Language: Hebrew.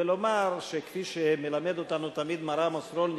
ולומר שכפי שמלמד אותנו תמיד מר עמוס רולניק,